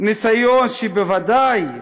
ניסיון שבוודאי ייכשל.